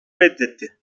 reddetti